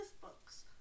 Books